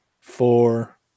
four